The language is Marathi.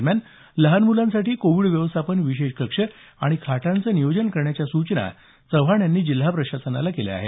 दरम्यान लहान मुलांसाठी कोविड व्यवस्थापन विशेष कक्ष आणि खाटांचे नियोजन करण्याच्या सूचना चव्हाण यांनी जिल्हा प्रशासनाला दिल्या आहेत